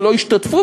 ולא ישתתפו,